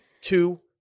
two